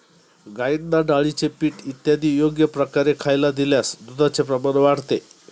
गाईंना डाळीचे पीठ इत्यादी योग्य प्रकारे खायला दिल्यास दुधाचे प्रमाण वाढते